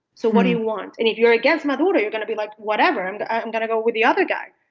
so what do you want? and if you're against my daughter, you're gonna be like, whatever. and i'm gonna go with the other guy.